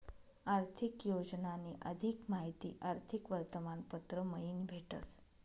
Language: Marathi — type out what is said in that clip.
आर्थिक योजनानी अधिक माहिती आर्थिक वर्तमानपत्र मयीन भेटस